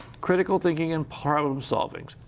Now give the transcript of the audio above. critical thinking and problem-solving.